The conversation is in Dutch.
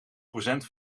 procent